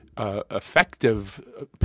Effective